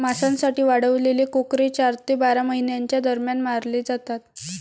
मांसासाठी वाढवलेले कोकरे चार ते बारा महिन्यांच्या दरम्यान मारले जातात